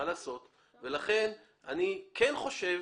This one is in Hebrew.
לכן אני כן חושב